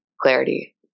clarity